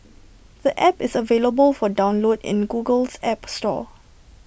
the app is available for download in Google's app store